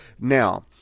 Now